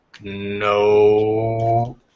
No